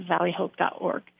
valleyhope.org